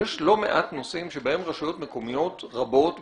יש לא מעט נושאים שבהם רשויות מקומיות רבות בישראל,